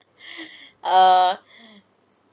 err